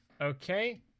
okay